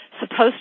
supposed